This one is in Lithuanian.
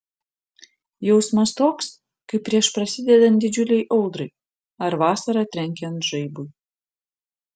jausmas toks kaip prieš prasidedant didžiulei audrai ar vasarą trenkiant žaibui